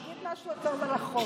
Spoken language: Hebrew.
תגיד משהו טוב על החוק,